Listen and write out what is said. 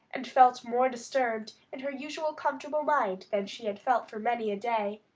and felt more disturbed in her usually comfortable mind than she had felt for many a day.